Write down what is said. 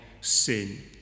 sin